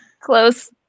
close